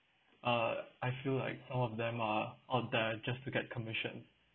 uh I feel like all of them are out there just to get commission